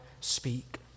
speak